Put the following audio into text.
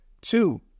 Two